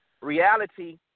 reality